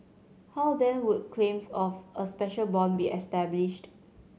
how then would claims of a special bond be established